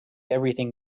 everything